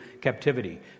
captivity